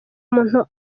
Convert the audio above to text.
umuntu